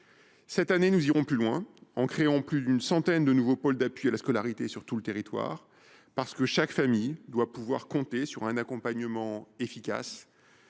Cette année, nous irons plus loin en créant plus d’une centaine de nouveaux pôles d’appui à la scolarité sur tout le territoire. Chaque famille doit en effet pouvoir compter sur un accompagnement efficace,